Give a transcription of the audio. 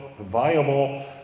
viable